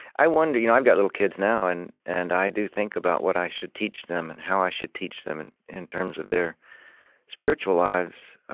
i wonder you know i've got little kids now, and and i do think about what i should teach them and how i should teach them, and in terms of their spiritual lives,